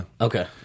Okay